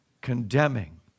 condemning